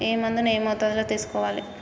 ఏ మందును ఏ మోతాదులో తీసుకోవాలి?